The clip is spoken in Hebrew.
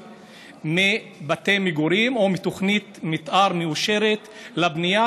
מבתי מגורים או מתוכנית מתאר מאושרת לבנייה.